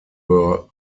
were